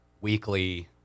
weekly